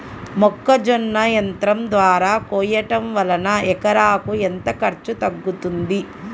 మొక్కజొన్న యంత్రం ద్వారా కోయటం వలన ఎకరాకు ఎంత ఖర్చు తగ్గుతుంది?